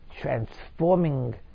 transforming